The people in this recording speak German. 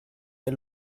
der